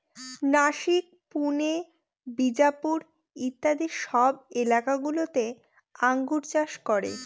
নাসিক, পুনে, বিজাপুর ইত্যাদি সব এলাকা গুলোতে আঙ্গুর চাষ করে